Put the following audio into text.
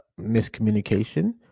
miscommunication